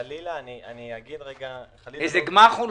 אולי איזה גמ"ח.